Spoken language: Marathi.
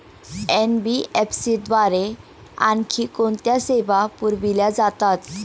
एन.बी.एफ.सी द्वारे आणखी कोणत्या सेवा पुरविल्या जातात?